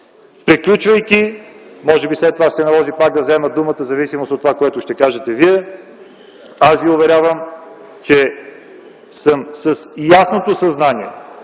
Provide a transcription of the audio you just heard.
Приключвайки, може би след това ще се наложи пак да взема думата в зависимост от казаното от вас, ви уверявам, че съм с ясното съзнание,